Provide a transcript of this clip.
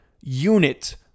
unit